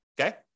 okay